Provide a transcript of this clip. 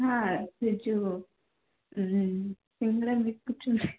ହଁ ସେ ଯେଉଁ ସିଙ୍ଗଡ଼ା ବିକୁଛନ୍ତି